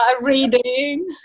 reading